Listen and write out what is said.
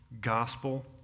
gospel